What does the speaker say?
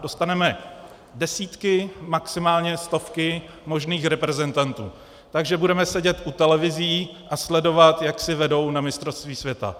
Dostaneme desítky, maximálně stovky možných reprezentantů, takže budeme sedět u televizí a sledovat, jak si vedou na mistrovství světa.